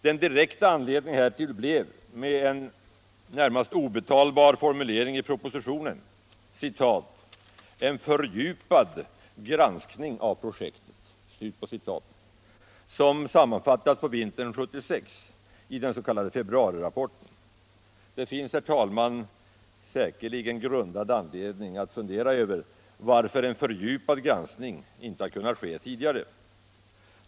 Den direkta anledningen härtill blev, med en närmast obetalbar formulering i propositionen, ”en fördjupad granskning av projektet”, uttalad på vintern 1976 i den s.k. februarirapporten. Det finns, herr talman, säkerligen en grundad anledning att fundera över varför en ”fördjupad granskning” inte har kunnat ske tidigare.